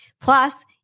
Plus